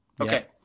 Okay